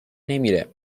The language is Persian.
نمیره